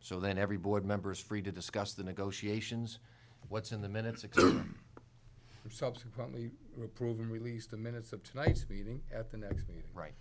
so that every board members free to discuss the negotiations what's in the minutes occur subsequently reproving release the minutes of tonight's meeting at the next meeting right